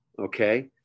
okay